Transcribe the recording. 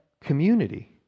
community